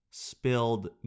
spilled